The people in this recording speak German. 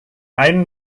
einen